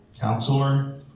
Counselor